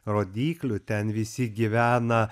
rodyklių ten visi gyvena